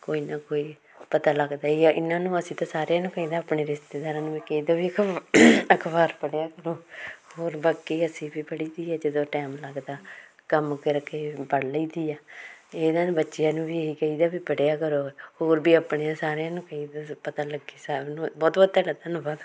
ਕੋਈ ਨਾ ਕੋਈ ਪਤਾ ਲੱਗਦਾ ਹੀ ਆ ਇਹਨਾਂ ਨੂੰ ਅਸੀਂ ਤਾਂ ਸਾਰਿਆਂ ਨੂੰ ਕਹੀਦਾ ਆਪਣੇ ਰਿਸ਼ਤੇਦਾਰਾਂ ਨੂੰ ਵੀ ਕਹੀਦਾ ਵੀ ਅਖਬਾਰ ਪੜ੍ਹਿਆ ਕਰੋ ਹੋਰ ਬਾਕੀ ਅਸੀਂ ਵੀ ਪੜ੍ਹੀ ਦੀ ਹੈ ਜਦੋਂ ਟਾਈਮ ਲੱਗਦਾ ਕੰਮ ਕਰਕੇ ਪੜ੍ਹ ਲਈਦੀ ਆ ਇਹਨਾਂ ਨੂੰ ਬੱਚਿਆਂ ਨੂੰ ਵੀ ਇਹੀ ਕਹੀਦਾ ਵੀ ਪੜ੍ਹਿਆ ਕਰੋ ਹੋਰ ਵੀ ਆਪਣਿਆਂ ਸਾਰਿਆਂ ਨੂੰ ਕਹੀਦਾ ਪਤਾ ਲੱਗੇ ਸਾਰਿਆਂ ਨੂੰ ਬਹੁਤ ਬਹੁਤ ਤੁਹਾਡਾ ਧੰਨਵਾਦ